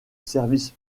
service